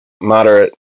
moderate